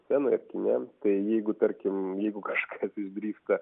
scenoje kine tai jeigu tarkim jeigu kažkas išdrįsta